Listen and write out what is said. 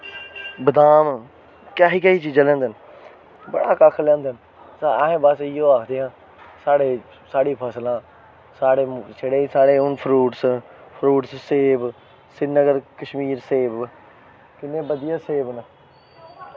बदाम कैसी कैसी चीज़ां लेई आंदे न बड़ा कक्ख लेई आंदे न घर लेई आंदे न साढ़े साढ़ी फसल ऐ साढ़े छड़े हून साढ़े फ्रूट्स फ्रूट्स च छड़े सेब साढ़े सिरीनगर सिर्फ सेब किन्ने बधिया सेब न